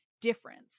difference